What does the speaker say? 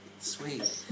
Sweet